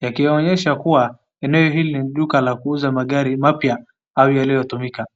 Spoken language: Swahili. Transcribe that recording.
Yakionyesha kuwa eneo hili ni duka lakuuza magari mpya au yaliyotumika.